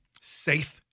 safe